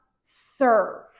serve